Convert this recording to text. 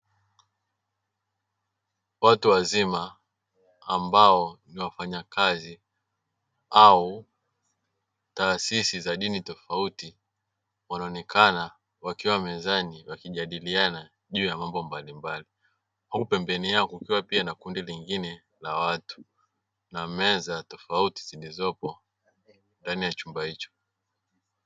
Watu wazima ambao ni wafanyakazi au taasisi za dini tofauti wanaonekana wakiwa mezani wakijadiliana juu ya mambo mbalimbali, huku pembeni yao kukiwa pia na kundi lingine la watu na meza tofauti zilizopo ndani ya chumba hicho.